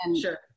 sure